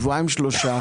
שבועיים-שלושה,